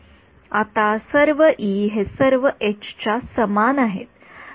आता सर्व ई हे सर्व एच च्या समान आहेत